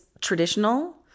traditional